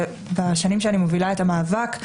בשנים שאני מובילה את המאבק,